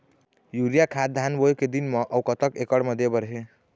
Urea खाद धान बोवे के दिन म अऊ कतक एकड़ मे दे बर हे?